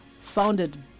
founded